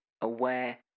Aware